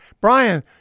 Brian